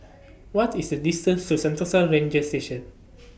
What IS The distance to Sentosa Ranger Station